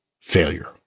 failure